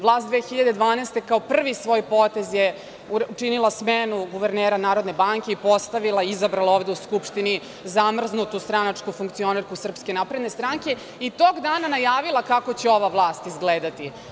Vlast 2012. godine, kao prvi svoj potez je učinila smenu guvernera Narodne banke i postavila, izabrala ovde u Skupštini zamrznutu stranačku funkcionerku SNS i tog dana najavila kako će ova vlast izgledati.